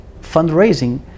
fundraising